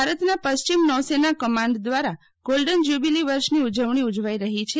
ભારતના પશ્ચિમ નૌસેના કમાન્ડ દ્વારા ગોલ્ડન જ્યુબિલી વર્ષની ઉજવણી ઉજવાઇ રહી છે